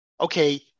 okay